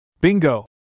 Bingo